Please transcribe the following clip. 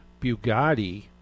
Bugatti